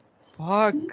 Fuck